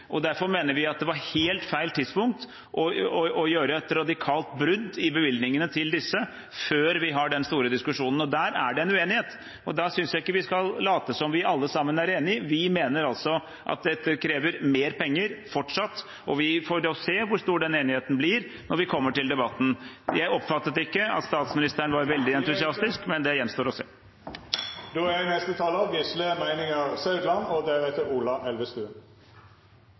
Derfor mener vi at det var helt feil tidspunkt å gjøre et radikalt brudd i bevilgningene til disse på – før vi har den store diskusjonen. Der er det en uenighet. Da synes jeg ikke vi skal late som om vi alle sammen er enige. Vi mener at dette fortsatt krever mer penger, og så får vi se hvor stor den enigheten blir, når vi kommer til debatten. Jeg oppfattet ikke at statsministeren var veldig entusiastisk, men det gjenstår å se. Jeg merker at dette må være et ganske godt budsjett, for det som har blitt mest diskutert i denne salen, og